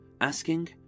asking